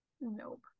Nope